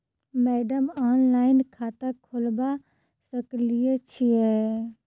Madam online खाता खोलबा सकलिये छीयै?